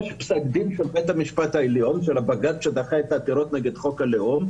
של הבג"ץ שדחה את העתירות נגד חוק הלאום,